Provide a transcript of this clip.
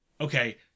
okay